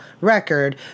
record